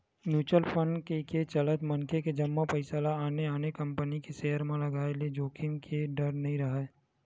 mutual fund कके चलत मनखे के जमा पइसा ल आने आने कंपनी के सेयर म लगाय ले जोखिम के डर नइ राहय